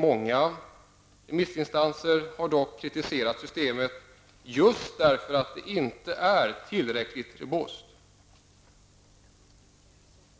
Många remissinstanser har dock kritiserat systemet just därför att det inte är tillräckligt robust.